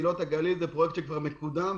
זה פרויקט שכבר מקודם.